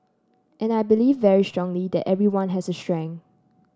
and I believe very strongly that everyone has a strength